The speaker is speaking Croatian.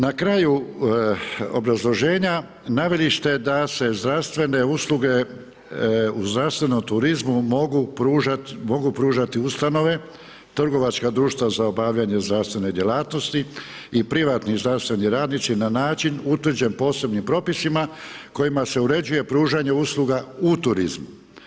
Na kraju obrazloženja naveli ste da se zdravstvene usluge u zdravstvenom turizmu mogu pružati ustanove, trgovačka društva za obavljanje zdravstvene djelatnosti i privatni zdravstveni radnici na način utvrđen posebnim propisima kojima se uređuje pružanje usluga u turizmu.